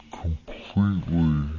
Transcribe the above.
completely